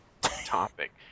topic